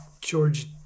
George